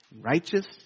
righteous